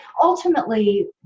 ultimately